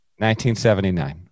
1979